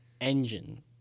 engine